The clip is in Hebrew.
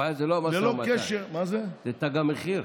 הבעיה זה לא המשא ומתן, זה תג המחיר.